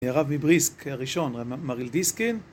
הרב מבריסק ראשון, רב.. המהרי"ל דיסקין